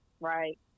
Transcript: right